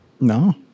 No